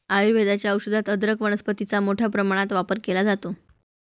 आयुर्वेदाच्या औषधात अदरक वनस्पतीचा मोठ्या प्रमाणात वापर केला जातो